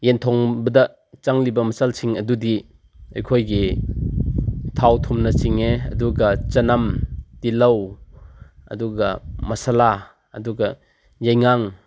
ꯌꯦꯟ ꯊꯣꯡꯕꯗ ꯆꯪꯂꯤꯕ ꯃꯆꯜꯁꯤꯡ ꯑꯗꯨꯗꯤ ꯑꯩꯈꯣꯏꯒꯤ ꯊꯥꯥꯎ ꯊꯨꯝꯅꯆꯤꯡꯉꯦ ꯑꯗꯨꯒ ꯆꯅꯝ ꯇꯤꯜꯍꯧ ꯑꯗꯨꯒ ꯃꯁꯥꯂꯥ ꯑꯗꯨꯒ ꯌꯥꯏꯉꯪ